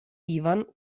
ivan